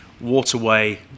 waterway